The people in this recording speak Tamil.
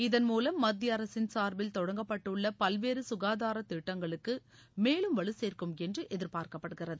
இதள் மூலம் மத்திய அரசின் சார்பில் தொடங்கப்பட்டுள்ள பல்வேறு சுகாதாரத் திட்டங்களுக்கு மேலும் வலுசேர்க்கும் என்று எதிர்பார்க்கப்படுகிறது